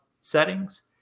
settings